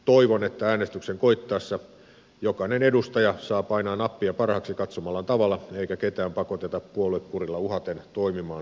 toivon että äänestyksen koittaessa jokainen edustaja saa painaa nappia parhaaksi katsomallaan tavalla eikä ketään pakoteta puoluekurilla uhaten toimimaan vastoin vakaumustaan